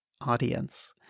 audience